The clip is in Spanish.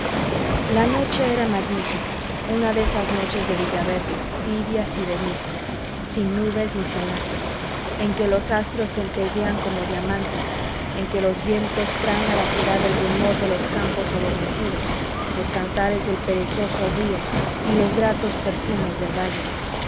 villaverde tibias y benignas sin nubes ni celajes en que los astros centellean como diamantes en que los vientos traen a la ciudad el rumor de los campos adormecidos los cantares del perezoso río y los gratos perfumes del valle